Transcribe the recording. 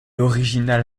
original